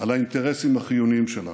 על האינטרסים החיוניים שלנו.